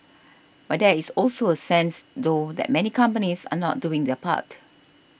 but there is also a sense though that many companies are not doing their part